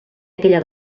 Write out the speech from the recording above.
aquella